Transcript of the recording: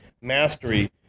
Mastery